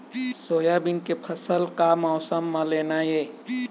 Soybean के फसल का मौसम म लेना ये?